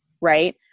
right